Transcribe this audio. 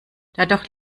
dadurch